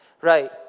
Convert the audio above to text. Right